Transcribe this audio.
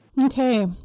Okay